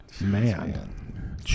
Man